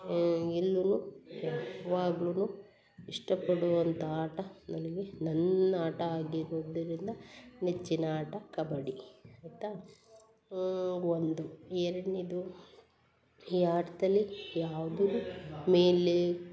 ಇಲ್ಲೂ ನಿಜ್ವಾಗ್ಲೂ ಇಷ್ಟಪಡುವಂಥ ಆಟ ನನಗೆ ನನ್ನ ಆಟ ಆಗಿರೋದರಿಂದ ನೆಚ್ಚಿನ ಆಟ ಕಬಡ್ಡಿ ಆಯಿತಾ ಒಂದು ಎರಡನೇದು ಈ ಆಟದಲ್ಲಿ ಯಾವ್ದನ್ನೂ ಮೇಯ್ನ್ಲಿ